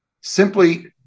simply